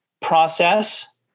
process